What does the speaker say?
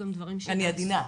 אני עדינה,